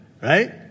Right